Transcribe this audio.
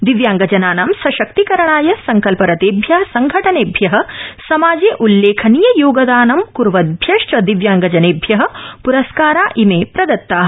दिव्यांगजनानां सशक्तिकरणाय संकल्परतेभ्य संघटनेभ्य समाजे उल्लेखनीय योगदानं क्वदभ्यश्च दिव्यांगजनेभ्य प्रस्कारा इमे प्रदत्ता